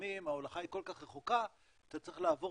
ולפעמים ההולכה היא כל כך רחוקה שאתה צריך ל עבור